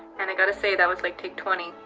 and i gotta say that was like take twenty.